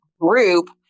group